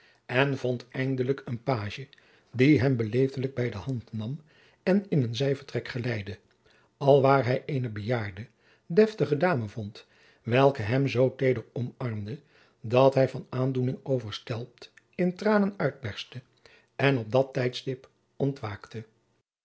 en vond eindelijk een pagie die hem beleefdelijk bij de hand nam en in een zijvertrek geleidde alwaar hij eene bejaarde deftige dame vond welke hem zoo teder omarmde dat hij van aandoening overstelpt in tranen uitberstte en op dat tijdstip ontwaakte